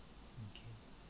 okay